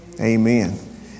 amen